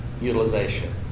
utilization